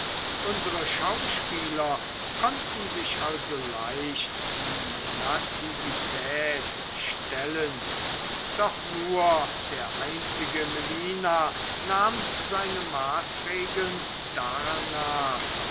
unsere schauspieler konnten sich also leicht die nativität stellen doch nur der einzige melina nahm seine maßregeln darnach